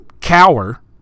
cower